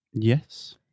Yes